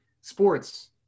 sports